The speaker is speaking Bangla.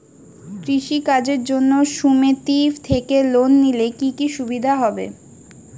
কৃষি কাজের জন্য সুমেতি থেকে লোন নিলে কি কি সুবিধা হবে?